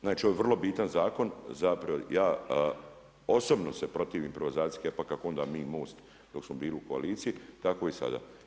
Znači ovo je vrlo bitan zakon, zapravo, ja osobno se protivim privatizaciji HEP-a kako onda mi Most dok smo bili u koaliciji tako i sada.